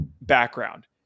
background